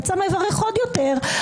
יצא מברך עוד יותר,